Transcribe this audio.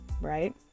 right